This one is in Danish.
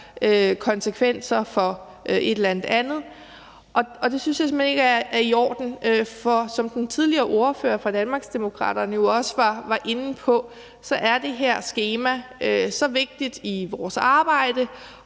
konsekvenser for et eller andet andet. Og det synes jeg simpelt hen ikke er i orden, for som den tidligere ordfører fra Danmarksdemokraterne jo også var inde på, så er det her skema så vigtigt i vores arbejde,